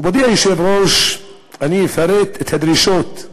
מכובדי היושב-ראש, אני אפרט את הדרישות: